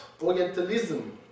Orientalism